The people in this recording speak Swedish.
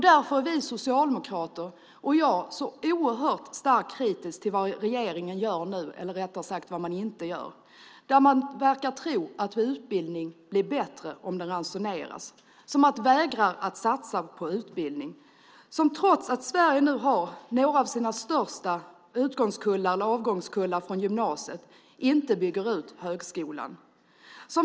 Därför är vi socialdemokrater och jag så oerhört starkt kritiska till vad regeringen gör nu, eller rättare sagt vad man inte gör. Man verkar tro att utbildning blir bättre om den ransoneras och vägrar att satsa på utbildning. Trots att Sverige nu har några av sina största avgångskullar från gymnasiet bygger man inte ut högskolan.